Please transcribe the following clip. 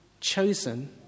chosen